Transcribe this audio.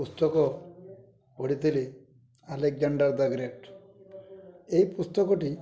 ପୁସ୍ତକ ପଢ଼ିଥିଲି Alexander the great ଏହି ପୁସ୍ତକଟି